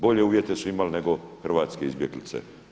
Bolje uvjete su imali nego hrvatske izbjeglice.